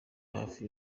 hafi